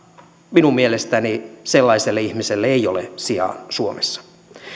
minun mielestäni sellaiselle ihmiselle ei ole sijaa suomessa